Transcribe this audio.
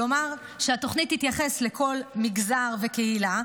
כלומר שהתוכנית תתייחס לכל מגזר וקהילה,